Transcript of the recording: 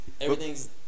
everything's